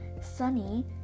Sunny